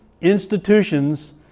institutions